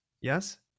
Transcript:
yes